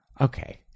Okay